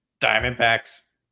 Diamondbacks